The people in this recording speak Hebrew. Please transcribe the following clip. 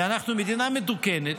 ואנחנו מדינה מתוקנת,